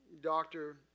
doctor